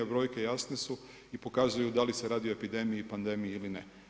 Brojke jasne su i pokazuju da li se radi o epidemiji, pandemiji ili ne.